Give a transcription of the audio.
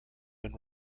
been